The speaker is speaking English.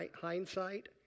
hindsight